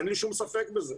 אין לי שום ספק בזה.